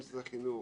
עם משרד החינוך,